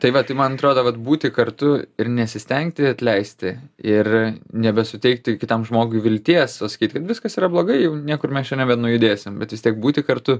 tai va tai man atrodo vat būti kartu ir nesistengti atleisti ir nebesuteikti kitam žmogui vilties o sakyt kad viskas yra blogai jau niekur mes čia nebenujudėsim bet vis tiek būti kartu